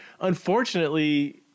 unfortunately